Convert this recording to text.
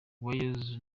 uwayezu